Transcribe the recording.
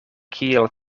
kiel